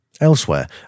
Elsewhere